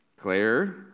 Claire